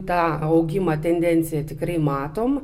tą augimo tendenciją tikrai matom